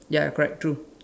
ya correct true